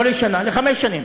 לא לשנה, לחמש שנים.